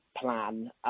plan